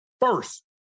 first